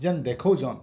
ଯେନ୍ ଦେଖଉଚନ୍